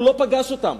הוא לא פגש אותם.